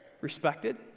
respected